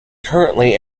currently